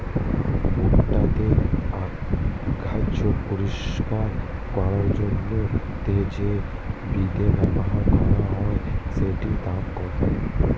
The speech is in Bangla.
ভুট্টা তে আগাছা পরিষ্কার করার জন্য তে যে বিদে ব্যবহার করা হয় সেটির দাম কত?